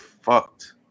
fucked